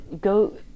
go